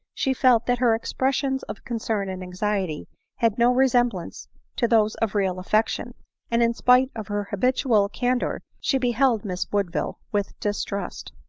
she felt that her expres sions of concern and anxiety had no resemblance to those of real affection and in spite of her habitual can dor, she beheld miss woodville with distrust.